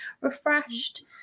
refreshed